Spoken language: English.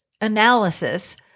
analysis